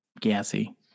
gassy